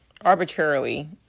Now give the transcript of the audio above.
Arbitrarily